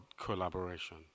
collaboration